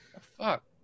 fuck